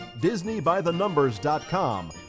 DisneyByTheNumbers.com